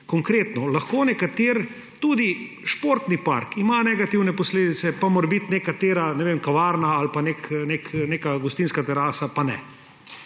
Konkretno, lahko kakšen, tudi športni park, ima negativne posledice, pa morebiti kavarna ali pa neka gostinska terasa, pa ne.